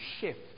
shift